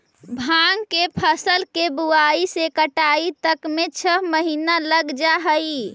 भाँग के फसल के बुआई से कटाई तक में छः महीना लग जा हइ